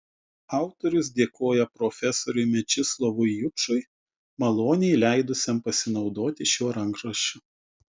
autorius dėkoja profesoriui mečislovui jučui maloniai leidusiam pasinaudoti šiuo rankraščiu